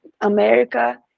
america